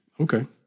Okay